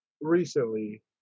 recently